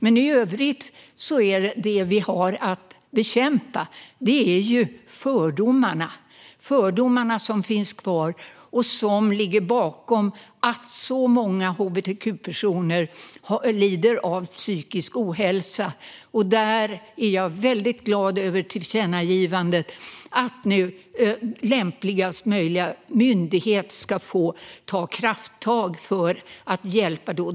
Det vi i övrigt har att bekämpa är fördomarna. Det handlar om fördomar som finns kvar och som ligger bakom att så många hbtq-personer lider av psykisk ohälsa. Jag är väldigt glad över tillkännagivandet om att lämpligast möjliga myndighet ska ta krafttag för att hjälpa.